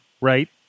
right